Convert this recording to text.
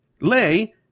Lay